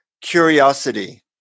curiosity